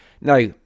Now